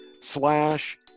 slash